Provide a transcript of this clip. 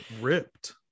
ripped